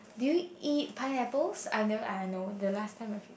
do you eat pineapples I never I know the last time I feed